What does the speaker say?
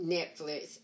Netflix